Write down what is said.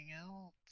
else